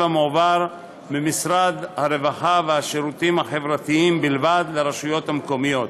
המועבר ממשרד הרווחה והשירותים החברתיים בלבד לרשויות המקומיות,